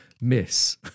Miss